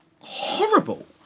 horrible